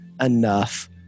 enough